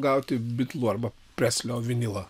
gauti bitlų arba preslio vinilą